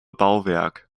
bauwerk